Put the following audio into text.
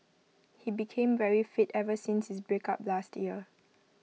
he became very fit ever since his breakup last year